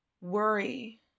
worry